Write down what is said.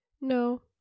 No